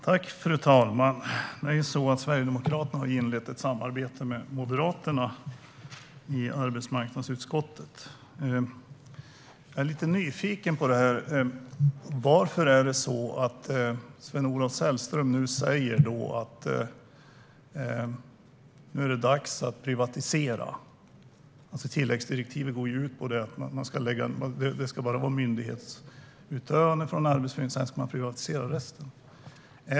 Fru talman! Det är på det sättet att Sverigedemokraterna har inlett ett samarbete med Moderaterna i arbetsmarknadsutskottet. Jag är därför lite nyfiken på varför Sven-Olof Sällström säger att det är dags att privatisera. Tilläggsdirektivet går nämligen ut på att Arbetsförmedlingen bara ska ägna sig åt myndighetsutövande. Resten ska privatiseras.